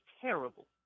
terrible